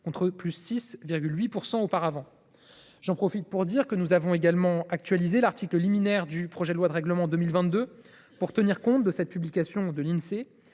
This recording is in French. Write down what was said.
contre +6,8 % auparavant. J’en profite pour dire que nous avons également actualisé l’article liminaire du projet de loi de règlement de 2022, pour tenir compte de cette publication de l’Insee,